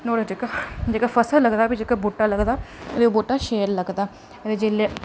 नुआढ़ा जेह्का जेह्का फसल लगदा जेह्का बूह्टा लगदा ओह् बूह्टा शैल लगदा जेल्लै